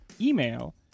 email